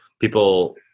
People